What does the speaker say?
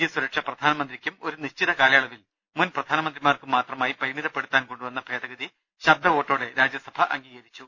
G സുരക്ഷ പ്രധാനമന്ത്രിക്കും ഒരു നിശ്ചിത കാലയളവിൽ മുൻ പ്രധാനമന്ത്രിമാർക്കും മാത്ര മായി പരിമിതപ്പെടുത്താൻ കൊണ്ടുവന്ന ഭേദഗതി ശബ്ദ വോട്ടോടെ രാജ്യസഭ അംഗീകരിച്ചു